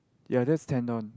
ya that's tendon